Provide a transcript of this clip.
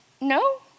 no